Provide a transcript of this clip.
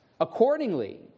accordingly